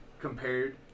compared